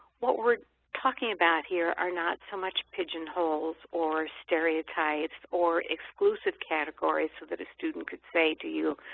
what we're talking about here are not so much pigeonholes or stereotypes or exclusive categories so that a student could say to you,